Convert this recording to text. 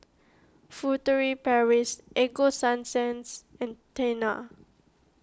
Furtere Paris Ego Sunsense and Tena